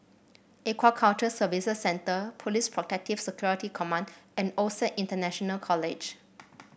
Aquaculture Services Centre Police Protective Security Command and OSAC International College